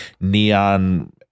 neon